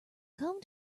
come